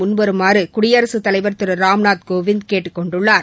முன்வருமாறு குடியரசுத் தலைவர் திரு ராம்நாத் கோவிந்த் கேட்டுக் கொண்டுள்ளார்